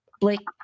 Blake